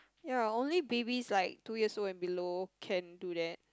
ya only babies like two years old and below can do that